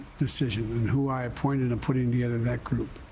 decision and who i appointed and putting together that group.